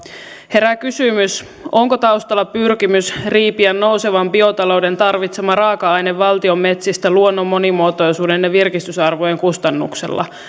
herää kysymys onko taustalla pyrkimys riipiä nousevan biotalouden tarvitsema raaka aine valtion metsistä luonnon monimuotoisuuden ja virkistysarvojen kustannuksella